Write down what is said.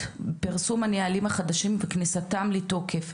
פרסום הנהלים החדשים וכניסתם לתוקף,